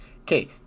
Okay